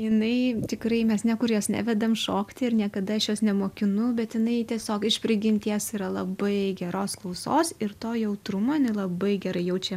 jinai tikrai mes niekur jos nevedam šokti ir niekada aš jos nemokinu bet jinai tiesiog iš prigimties yra labai geros klausos ir to jautrumo jinai labai gerai jaučia